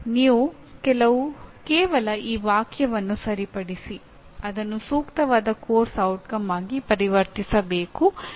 ನೀವು ಕೇವಲ ಆ ವಾಕ್ಯವನ್ನು ಸರಿಪಡಿಸಿ ಅದನ್ನು ಸೂಕ್ತವಾದ ಪಠ್ಯಕ್ರಮದ ಪರಿಣಾಮವಾಗಿ ಪರಿವರ್ತಿಸಬೇಕು